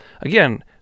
Again